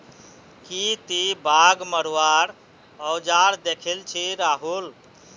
की ती बाघ मरवार औजार दखिल छि राहुल